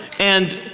and.